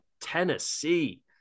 Tennessee